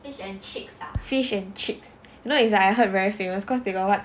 fish and chips you know is I heard very famous cause they got what